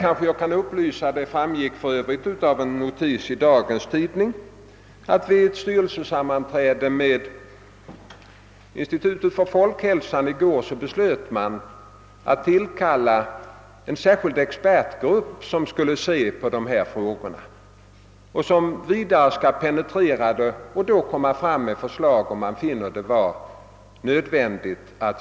Av en notis i en tidning i dag framgår att vid ett styrelsesammanträde inom statens institut för folkhälsan i går beslöt man tillkalla en särskild expertgrupp som skall penetrera dessa frågor och lägga fram förslag om förändringar anses nödvändiga.